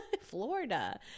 Florida